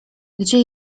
gdzie